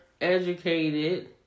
educated